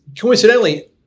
Coincidentally